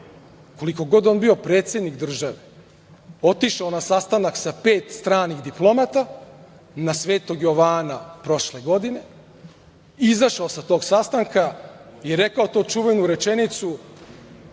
koliko god on bio predsednik države, otišao na sastanak sa pet stranih diplomata na Svetog Jovana prošle godine, izašao sa tog sastanka i rekao tu čuvenu rečenicu